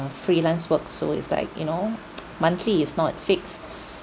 freelance work so it's like you know monthly is not fixed